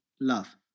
love